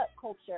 culture